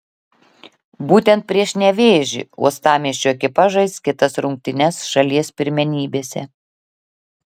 būtent prieš nevėžį uostamiesčio ekipa žais kitas rungtynes šalies pirmenybėse